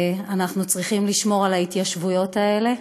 אנחנו צריכים לשמור על ההתיישבויות האלה,